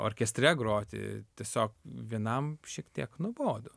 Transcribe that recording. orkestre groti tiesiog vienam šiek tiek nuobodu